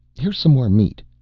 here's some more meat.